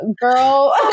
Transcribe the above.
girl